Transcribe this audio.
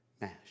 Mash